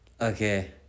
Okay